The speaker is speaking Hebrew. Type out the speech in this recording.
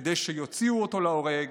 כדי שיוציאו אותו להורג